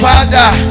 Father